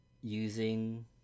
using